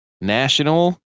National